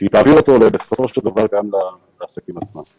היא תעביר אותו בסופו של דבר גם לעסקים עצמם.